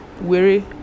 weary